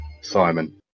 Simon